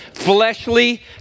fleshly